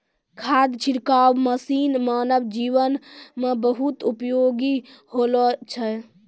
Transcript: खाद छिड़काव मसीन मानव जीवन म बहुत उपयोगी होलो छै